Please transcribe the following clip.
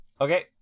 Okay